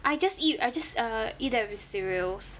I just eat I just err eat that with cereals